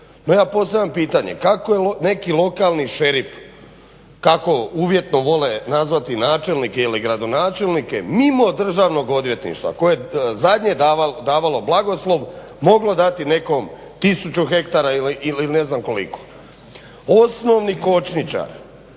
No, ja postavljam pitanje kako neki lokalni šerifi, kako uvjetno vole nazvati načelnike ili gradonačelnike, mimo Državnog odvjetništva koje je zadnje davalo blagoslov moglo dati nekom tisuću hektara ili ne znam koliko? Osnovni kočničar